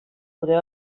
podeu